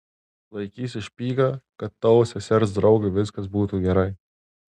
laikysiu špygą kad tavo sesers draugui viskas būtų gerai